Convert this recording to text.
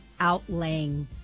outlaying